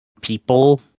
people